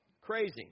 crazy